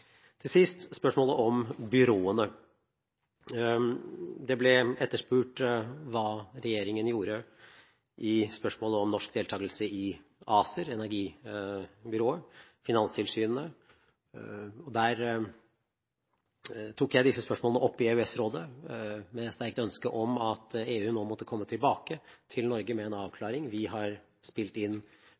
spørsmålet om byråene. Det ble etterspurt hva regjeringen gjorde i spørsmålet om norsk deltakelse i ACER, energibyrået, og finanstilsynene. Jeg tok disse spørsmålene opp i EØS-rådet med et sterkt ønske om at EU nå måtte komme tilbake til Norge med en avklaring. Vi har spilt inn